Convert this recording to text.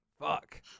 fuck